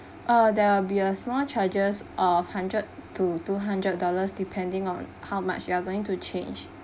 uh there will be a small charges uh hundred to two hundred dollars depending on how much you are going to change